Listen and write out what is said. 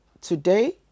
today